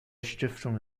stiftung